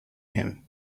him